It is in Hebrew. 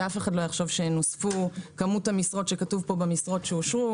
שאף אחד לא יחשוב שנוספו משרות כפי שכתוב במשרות שאושרו.